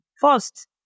first